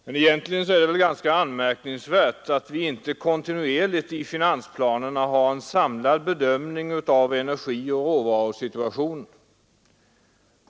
Men egentligen är det väl ganska anmärkningsvärt att vi inte kontinuerligt i finansplanerna har en samlad bedömning av energioch råvarusituationen.